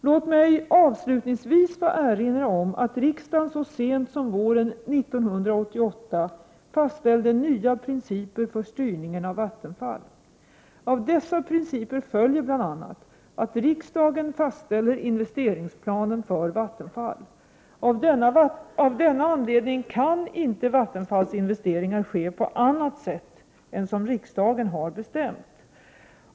Låt mig avslutningsvis få erinra om att riksdagen så sent som våren 1988 fastställde nya principer för styrningen av Vattenfall. Av dessa principer följer bl.a. att riksdagen fastställer investeringsplanen för Vattenfall. Av denna anledning kan inte Vattenfalls investeringar ske på annat sätt än som riksdagen har bestämt.